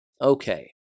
Okay